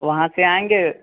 वहाँ से आएँगे